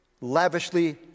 lavishly